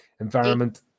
environment